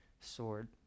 sword